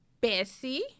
Bessie